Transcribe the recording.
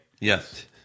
Yes